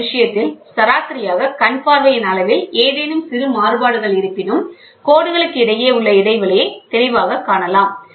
இந்த விஷயத்தில் சராசரியாக கண் பார்வையின் அளவில் ஏதேனும் சிறு மாறுபாடுகள் இருப்பினும் கோடுகளுக்கு இடையே உள்ள இடைவெளியை தெளிவாக காணலாம்